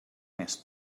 més